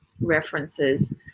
references